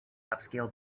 upscale